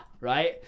right